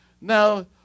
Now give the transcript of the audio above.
now